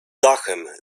dachem